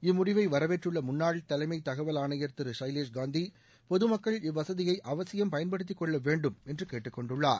இம்முடிவை வரவேற்றுள்ள முன்னாள் தலைமை தகவல் ஆணையர் திரு சைலேஷ்காந்தி பொதுமக்கள் இவ்வசதியை அவசியம் பயன்படுத்திக் கொள்ள் வேண்டும் என்று கேட்டுக்கொண்டுள்ளார்